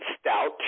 stout